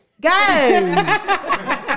go